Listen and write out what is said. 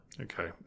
Okay